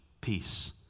peace